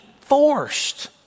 forced